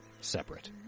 separate